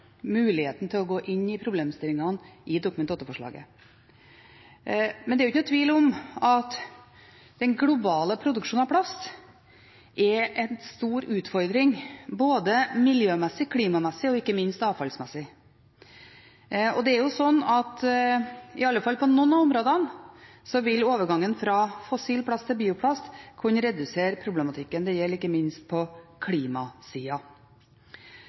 muligheten til å gå inn i problemstillingene i Dokument 8-forslaget. Men det er ingen tvil om at den globale produksjonen av plast er en stor utfordring, både miljømessig, klimamessig og ikke minst avfallsmessig. Iallfall på noen områder vil overgangen fra fossil plast til bioplast kunne redusere problematikken. Det gjelder ikke minst på